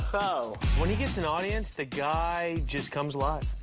so when he gets an audience, the guy just comes alive.